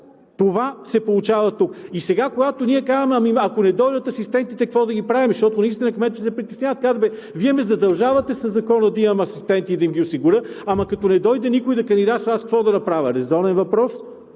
Това се получава тук. Сега ние казваме: ами ако не дойдат асистентите, какво да ги правим? Защото наистина кметовете се притесняват и казват: Вие ме задължавате със Закона да имам асистенти и да ги осигуря, но като не дойде никой да кандидатства, аз какво да направя? Резонен въпрос.